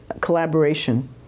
collaboration